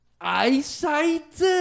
eyesight